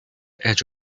edge